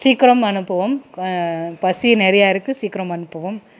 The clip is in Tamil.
சீக்கிரம் அனுப்பவும் பசி நிறைய இருக்குது சீக்கிரம் அனுப்பவும்